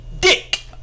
Dick